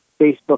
Facebook